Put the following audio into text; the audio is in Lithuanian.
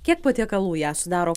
kiek patiekalų ją sudaro